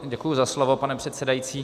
Děkuji za slovo, pane předsedající.